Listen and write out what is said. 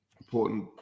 important